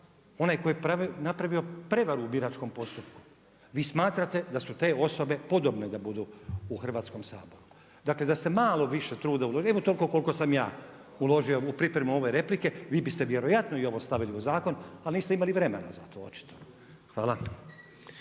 Onaj tko je napravio prevaru u biračkom postupku. Vi smatrate da su te osobe podobne da budu u Hrvatskom saboru? Dakle, da ste malo više truda uložili, evo toliko koliko sam ja uložio u pripremu ove replike vi biste vjerojatno i ovo stavili u zakon, ali niste imali vremena za to očito. Hvala.